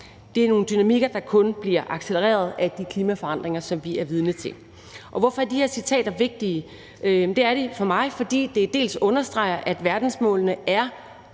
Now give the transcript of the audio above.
Det er nogle dynamikker, der kun bliver accelereret af de klimaforandringer, som vi er vidne til. Hvorfor er de her citater vigtige? Det er de for mig, fordi de understreger, at verdensmålene er